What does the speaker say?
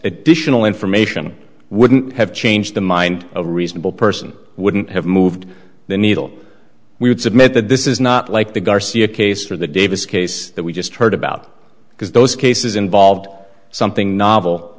additional information wouldn't have changed the mind of a reasonable person wouldn't have moved the needle we would submit that this is not like the garcia case or the davis case that we just heard about because those cases involved something novel